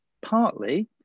partly